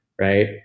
right